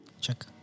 Check